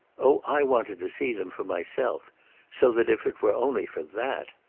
oh i wanted to see them for myself so that if it were only for that!